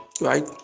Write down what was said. right